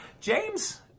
James